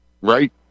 Right